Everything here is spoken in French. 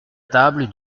table